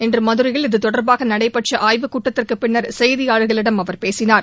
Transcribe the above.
இன்றுமதுரையில் இதுதொடர்பாகநடைபெற்றஆய்வுக்கூட்டத்திற்குபின்னர் செய்தியாளர்களிடம் அவர் பேசினார்